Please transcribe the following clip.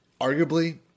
arguably